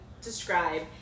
describe